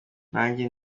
nanjye